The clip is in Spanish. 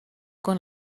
con